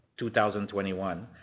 2021